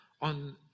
on